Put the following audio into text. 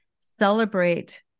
celebrate